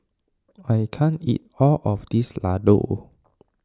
I can't eat all of this Ladoo